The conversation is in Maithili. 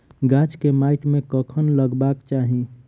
गाछ केँ माइट मे कखन लगबाक चाहि?